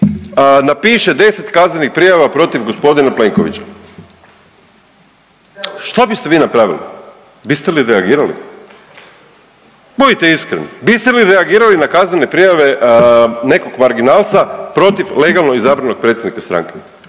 napiše 10 kaznenih prijava protiv g. Plenkovića. Što biste vi napravili? Biste li reagirali? Budite iskreni. Biste li reagirali na kaznene prijave nekog marginalca protiv legalno izabranog predsjednika stranke